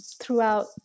throughout